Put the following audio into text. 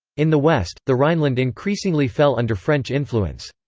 in the west, the rhineland increasingly fell under french influence.